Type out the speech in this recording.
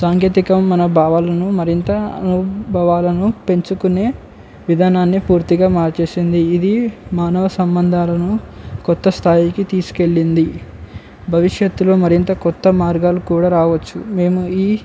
సాంకేతికం మన భావాలను మరింత అనుభవాలను పంచుకునే విధానాన్ని పూర్తిగా మార్చేసింది ఇది మానవ సంబంధాలను కొత్త స్థాయికి తీసుకెళ్ళింది భవిష్యత్తులో మరింత కొత్త మార్గాలు కూడా రావచ్చు మేము ఈ